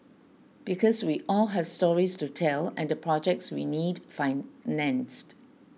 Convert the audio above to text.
because we all have stories to tell and projects we need financed